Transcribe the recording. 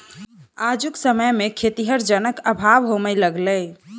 आजुक समय मे खेतीहर जनक अभाव होमय लगलै